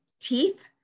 teeth